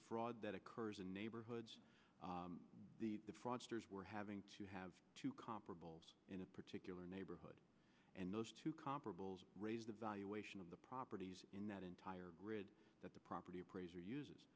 fraud that occurs in neighborhoods we're having to have two comparables in a particular neighborhood and those two comparables raised the valuation of the property in that entire grid that the property appraiser uses